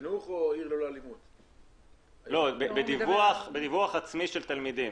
מדובר על דיווח עצמי של תלמידים,